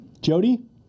Jody